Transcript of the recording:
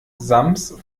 sams